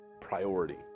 priority